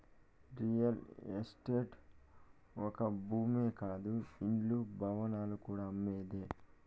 real estate ఒక్క భూమే కాదు ఇండ్లు, భవనాలు కూడా అమ్మేదే